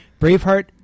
Braveheart